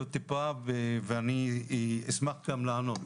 כי עוד טיפה ואני אשמח גם לענות.